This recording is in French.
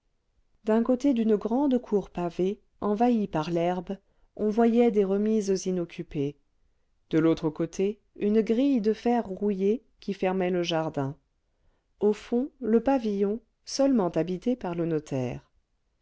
d'un côté d'une grande cour pavée envahie par l'herbe on voyait des remises inoccupées de l'autre côté une grille de fer rouillé qui fermait le jardin au fond le pavillon seulement habité par le notaire